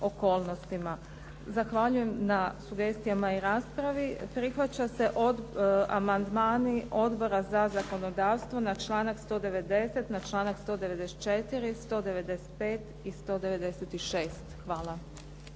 Zahvaljujem na sugestijama i raspravi. Prihvaćaju se amandmani Odbora za zakonodavstvo na članak 190., na članak 194., 195. i 196. Hvala.